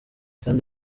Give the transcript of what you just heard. kandi